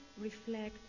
reflect